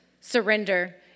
Surrender